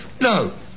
No